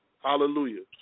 Hallelujah